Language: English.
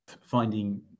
finding